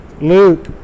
Luke